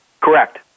Correct